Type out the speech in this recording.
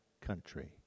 country